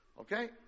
okay